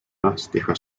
elastica